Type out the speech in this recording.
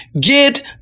get